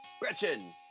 Gretchen